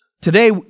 Today